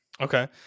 Okay